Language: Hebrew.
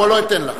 פה לא אתן לך.